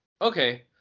okay